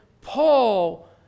Paul